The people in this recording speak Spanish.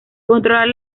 controlar